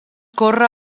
córrer